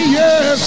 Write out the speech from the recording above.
yes